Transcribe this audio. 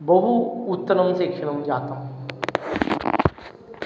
बहु उत्तमं शिक्षणं जातं